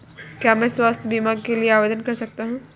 क्या मैं स्वास्थ्य बीमा के लिए आवेदन कर सकता हूँ?